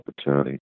opportunity